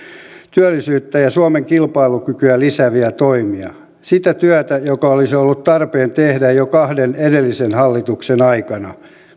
työllisyyttä ja suomen kilpailukykyä lisääviä toimia sitä työtä joka olisi ollut tarpeen tehdä jo kahden edellisen hallituksen aikana